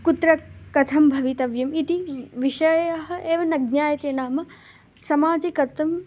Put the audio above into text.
कुत्र कथं भवितव्यम् इति विषयः एव न ज्ञायते नाम समाजे कथं